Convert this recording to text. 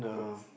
lit